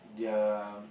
their